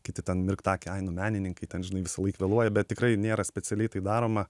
kiti ten mirkt akį ai nu menininkai ten žinai visąlaik vėluoja bet tikrai nėra specialiai tai daroma